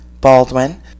Baldwin